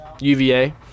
UVA